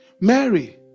Mary